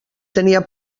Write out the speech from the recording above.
tenia